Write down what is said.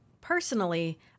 Personally